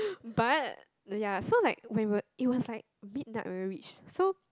but ya so like when we were it was like midnight when we reached so